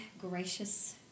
gracious